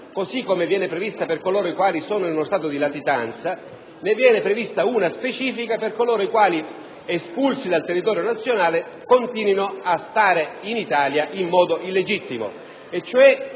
così come viene prevista per coloro i quali sono in uno stato di latitanza - specifica per coloro i quali, espulsi dal territorio nazionale, continuino a stare in Italia in modo illegittimo: